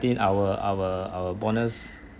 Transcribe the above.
our our our bonus